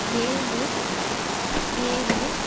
ஏழு ஏழு